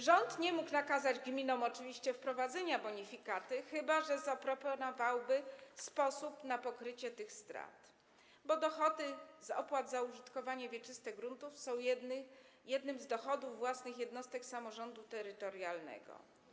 Rząd nie mógł oczywiście nakazać gminom wprowadzenia bonifikaty, chyba że zaproponowałby sposób na pokrycie tych strat, bo dochody z opłat za użytkowanie wieczyste gruntów są jednym z dochodów własnych jednostek samorządu terytorialnego.